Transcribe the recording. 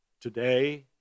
Today